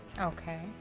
Okay